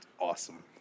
Awesome